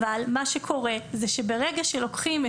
אבל מה שקורה זה שברגע שלוקחים את